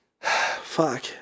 Fuck